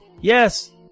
yes